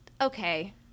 Okay